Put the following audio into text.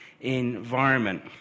environment